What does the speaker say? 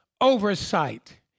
oversight